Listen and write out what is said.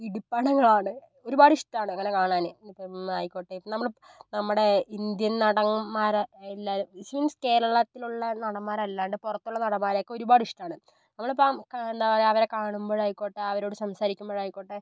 ഇടി പടങ്ങളാണ് ഒരുപാട് ഇഷ്ടമാണ് അങ്ങനെ കാണാന് ഇപ്പം ആയിക്കോട്ടെ നമ്മൾ നമ്മുടെ ഇന്ത്യൻ നടന്മാരെ എല്ലാവരെ മീൻസ് കേരളത്തിലുള്ള നടന്മാർ അല്ലാണ്ട് പുറത്തുള്ള നടന്മാരെയൊക്കെ ഒരുപാട് ഇഷ്ടമാണ് നമ്മൾ ഇപ്പം എന്താ പറയുക അവരെ കാണുമ്പോൾ ആയിക്കോട്ടെ അവരോട് സംസാരിക്കുമ്പോൾ ആയിക്കോട്ടെ